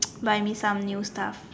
buy me some new stuff